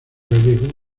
gallego